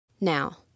Now